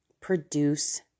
produce